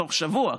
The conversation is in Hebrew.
בתוך שבוע,